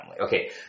Okay